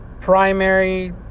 primary